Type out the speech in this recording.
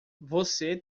você